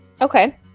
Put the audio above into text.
Okay